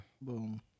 Boom